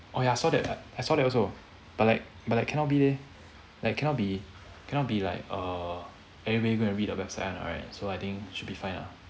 oh ya I saw that I saw that also but like but like cannot be leh like cannot be cannot be like err everybody go and read the website [one] right so I think should be fine ah